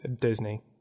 Disney